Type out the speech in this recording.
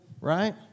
right